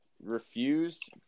refused